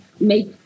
make